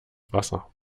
wasser